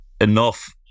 enough